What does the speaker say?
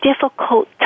difficult